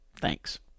Thanks